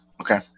Okay